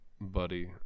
buddy